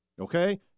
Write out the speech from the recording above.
Okay